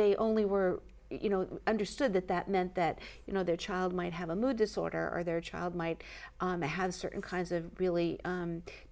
they only were you know understood that that meant that you know their child might have a mood disorder or their child might have certain kinds of really